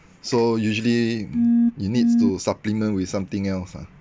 so usually you need to supplement with something else ah